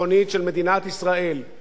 ואי-אפשר להתעלם מהם,